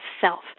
self